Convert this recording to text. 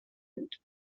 بود